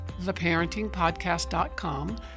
theparentingpodcast.com